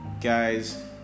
guys